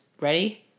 ready